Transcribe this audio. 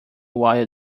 while